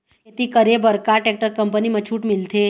खेती करे बर का टेक्टर कंपनी म छूट मिलथे?